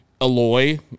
Aloy